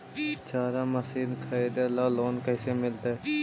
चारा मशिन खरीदे ल लोन कैसे मिलतै?